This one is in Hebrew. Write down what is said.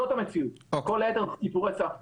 זאת המציאות וכל היתר זה סיפורי סבתא.